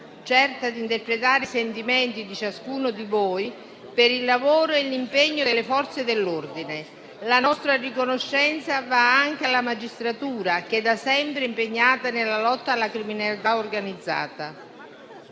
certa di interpretare i sentimenti di ciascuno di voi, per il lavoro e l'impegno delle Forze dell'ordine. La nostra riconoscenza va anche alla magistratura, che da sempre è impegnata nella lotta alla criminalità organizzata.